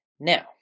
Now